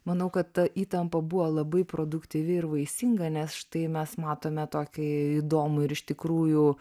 manau kad ta įtampa buvo labai produktyvi ir vaisinga nes štai mes matome tokį įdomų ir iš tikrųjų